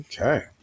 Okay